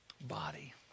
body